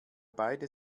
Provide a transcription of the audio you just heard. beide